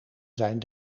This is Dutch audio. zijn